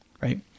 right